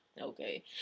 okay